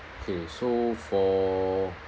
okay so for